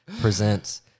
presents